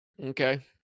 Okay